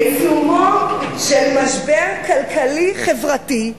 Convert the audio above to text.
בעיצומו של משבר כלכלי-חברתי,